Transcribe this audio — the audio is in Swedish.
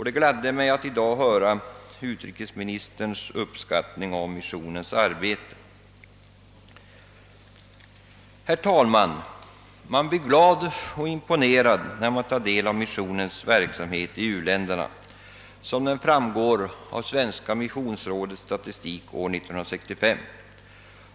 Det gladde mig i dag att höra utrikesministerns uppskattning av missionens arbete. Herr talman! Man blir glad och impo nerad när man tar del av missionens verksamhet i u-länderna, sådan den framgår av Svenska missionsrådets statistik år 1965.